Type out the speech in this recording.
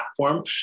platform